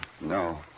No